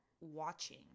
watching